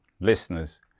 listeners